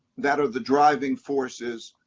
that are the driving forces